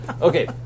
Okay